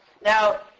Now